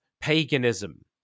paganism